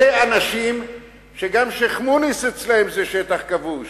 אלה אנשים שגם שיח'-מוניס אצלם זה שטח כבוש.